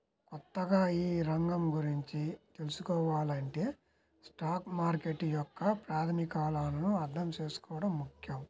కొత్తగా ఈ రంగం గురించి తెల్సుకోవాలంటే స్టాక్ మార్కెట్ యొక్క ప్రాథమికాలను అర్థం చేసుకోవడం ముఖ్యం